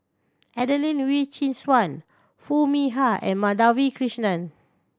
Adelene Wee Chin Suan Foo Mee Har and Madhavi Krishnan